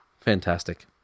fantastic